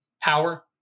power